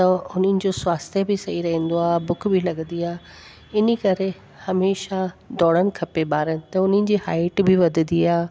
त हुननि जो स्वास्थ्य बि सही रहंदो आहे ऐं भुख बि लॻंदी आहे इन करे हमेशह दौड़णु खपे ॿारनि त उन्हनि जी हाईट बि वधंदी आहे